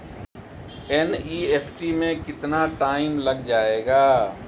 NEFT में कितना time लग जाएगा?